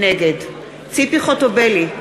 נגד ציפי חוטובלי,